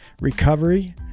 recovery